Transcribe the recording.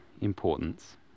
importance